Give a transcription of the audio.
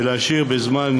ולהשאיר בזמן